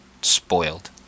spoiled